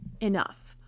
enough